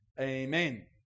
Amen